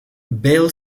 bell